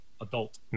adult